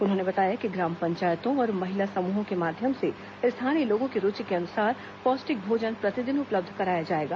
उन्होंने बताया कि ग्राम पंचायतों और महिला समूहों के माध्यम से स्थानीय लोगों की रूचि के अनुसार पौष्टिक भोजन प्रतिदिन उपलब्ध कराया जाएगा